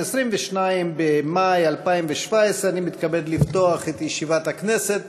22 במאי 2017. אני מתכבד לפתוח את ישיבת הכנסת.